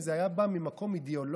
אם זה היה בא ממקום אידיאולוגי,